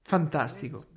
Fantastico